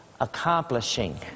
accomplishing